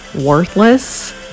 worthless